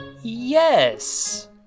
Yes